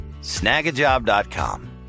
Snagajob.com